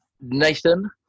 Nathan